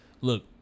look